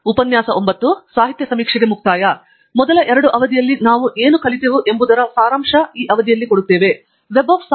ಆದ್ದರಿಂದ ನಾವು ಈ ಮಾಡ್ಯೂಲ್ ಬಗ್ಗೆ ಹೇಗೆ ಹೋದೆವು ಎಂಬುದರ ಔಟ್ಲೈನ್ ಆಗಿದೆ